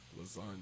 lasagna